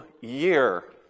year